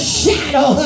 shadow